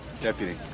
Deputy